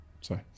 sorry